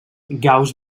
gauss